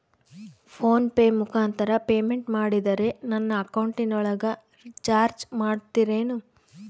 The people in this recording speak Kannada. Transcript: ಫೋನ್ ಪೆ ಮುಖಾಂತರ ಪೇಮೆಂಟ್ ಮಾಡಿದರೆ ನನ್ನ ಅಕೌಂಟಿನೊಳಗ ಚಾರ್ಜ್ ಮಾಡ್ತಿರೇನು?